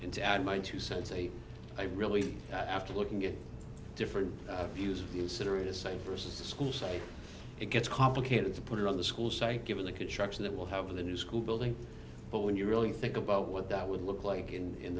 and to add my two cents a i really after looking at different views of the incinerators side versus a school site it gets complicated to put it on the school site given the construction that will have in the new school building but when you really think about what that would look like in